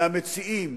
מהמציעים